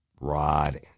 rod